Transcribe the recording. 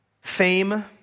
fame